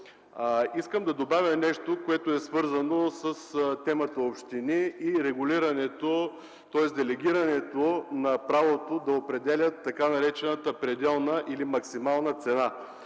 Искам да добавя нещо, което е свързано с темата „Общини” и делегирането на правото те да определят така наречената пределна или максимална цена.